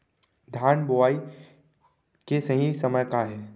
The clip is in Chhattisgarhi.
धान बोआई के सही समय का हे?